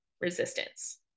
resistance